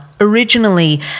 Originally